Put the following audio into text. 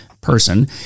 person